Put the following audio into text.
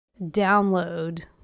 download